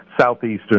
southeastern